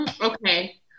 Okay